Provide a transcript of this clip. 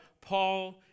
Paul